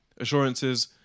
assurances